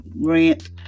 rent